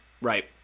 Right